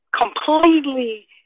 completely